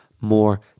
more